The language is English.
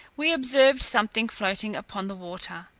we observed something floating upon the water,